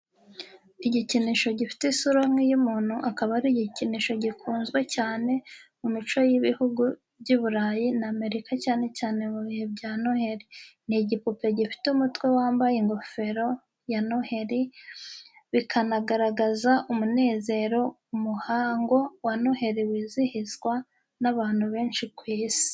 Igikinisho gifite isura nk'iy'umuntu, akaba ari igikinisho gikunzwe cyane mu mico y’ibihugu by’i Burayi n’Amerika cyane cyane mu bihe bya noheri. ni igipupe gifite umutwe wambaye ingofero ya noheri, bikanagaragaza umunezero, umuhango wa noheri wizihizwa n'abantu benshi kw'isi.